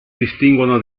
distinguono